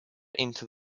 into